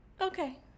Okay